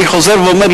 אני חוזר ואומר,